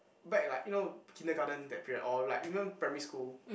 back at like you know kindergarten that period or like even primary school